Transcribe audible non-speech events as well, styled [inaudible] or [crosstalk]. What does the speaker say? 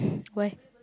[breath] why